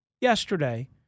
yesterday